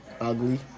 Ugly